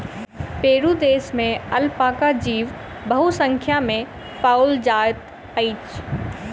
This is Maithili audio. पेरू देश में अलपाका जीव बहुसंख्या में पाओल जाइत अछि